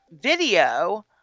video